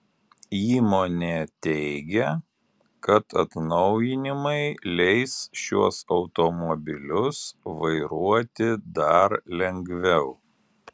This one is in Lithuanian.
įmonė teigia kad atnaujinimai leis šiuos automobilius vairuoti dar lengviau